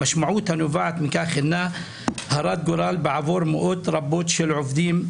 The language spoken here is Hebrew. המשמעות הנובעת מכך הינה הרת גורל בעבור מאות רבות של עובדים,